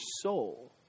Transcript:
soul